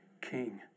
king